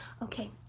Okay